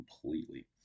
completely